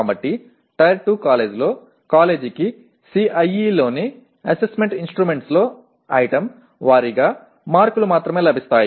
కాబట్టి టైర్ 2 కాలేజీలో కాలేజీకి CIE లోని అసెస్మెంట్ ఇన్స్ట్రుమెంట్స్లో ఐటమ్ వారీగా మార్కులు మాత్రమే లభిస్తాయి